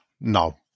No